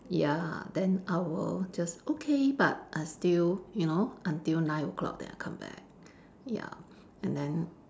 ya then I will just okay but I still you know until nine o-clock then I come back ya and then